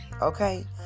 Okay